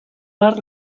más